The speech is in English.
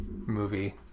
movie